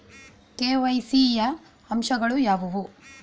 KYC ಯ ಅಂಶಗಳು ಯಾವುವು?